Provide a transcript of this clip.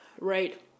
right